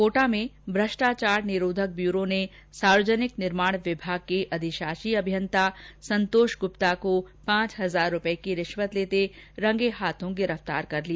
कोटा में भ्रष्टाचार निरोधक ब्यूरो ने सार्वजनिक निर्माण विभाग के अधिशाषी अभियंता संतोष गुप्ता को आज पांच हजार रूपए की रिश्वत लेते रंगे हाथों गिरफ़तार किया